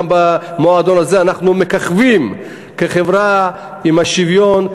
וגם במועדון הזה אנחנו מככבים כחברה עם השוויון,